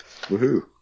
Woohoo